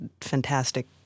fantastic